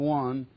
one